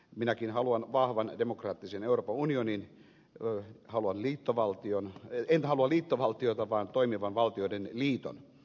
minäkin haluan vahvan demokraattisen euroopan unionin en halua liittovaltiota vaan toimivan valtioiden liiton